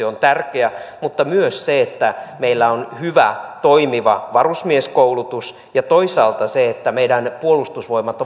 on tärkeä mutta myös se että meillä on hyvä toimiva varusmieskoulutus ja toisaalta se että meidän puolustusvoimat